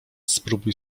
spróbuj